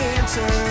answer